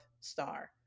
star